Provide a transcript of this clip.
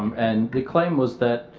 and the claim was that